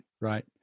right